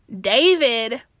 David